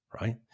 right